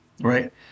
right